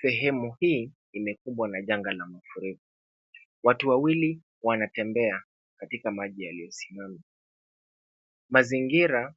Sehemu hii imekumbwa na janga la mafuriko. Watu wawili wanatembea katika maji yaliyosimama. Mazingira